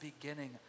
beginning